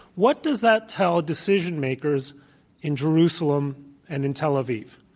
what does that tell decision makers in jerusalem and in tel aviv?